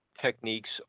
techniques